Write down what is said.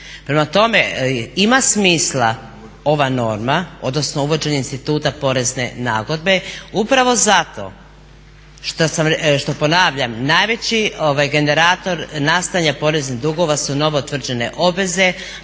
Prema tome, ima smisla ova norma, odnosno uvođenje instituta porezne nagodbe upravo zato što ponavljam najveći generator nastajanja poreznih dugova su novo utvrđene obveze